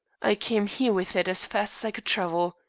i came here with it as fast as i could travel.